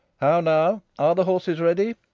how now? are the horses ready?